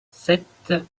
sept